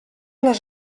les